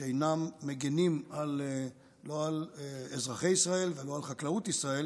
שאינם מגינים לא על אזרחי ישראל ולא על חקלאות ישראל